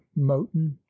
moton